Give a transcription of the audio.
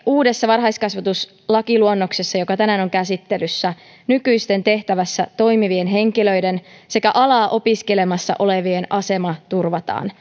uudessa varhaiskasvatuslakiluonnoksessa joka tänään on käsittelyssä nykyisten tehtävässä toimivien henkilöiden sekä alaa opiskelemassa olevien asema turvataan